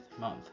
month